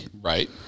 Right